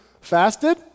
fasted